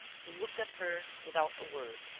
he looked at her without a word,